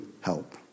help